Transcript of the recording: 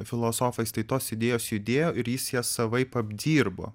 filosofais tai tos idėjos judėjo ir jis jas savaip apdirbo